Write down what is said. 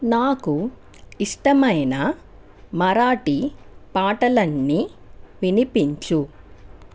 నాకు ఇష్టమైన మరాఠీ పాటలన్నీ వినిపించు